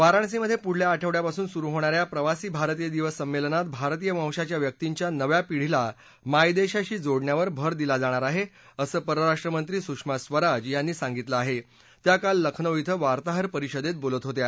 वाराणसीमध्यविदल्या आठवड्यापासून सुरू होणा या प्रवासी भारतीय दिवस संमध्यमात भारतीय वंशाच्या व्यक्तींच्या नव्या पिढीला मायदक्षशी जोडण्यावर भर दिला जाणार आह असं परराष्ट्रमंत्री सुषमा स्वराज यांनी सांगितलं आह त्या काल लखनौ इथं वार्ताहर परिषदक्ष बोलत होत्या